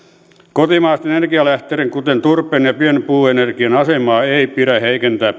kotimaisten energialähteiden kuten turpeen ja pienpuuenergian asemaa ei pidä heikentää